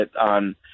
on